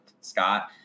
Scott